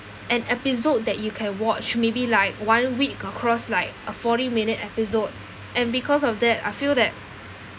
an episode that you can watch maybe like one week across like a forty minute episode and because of that I feel that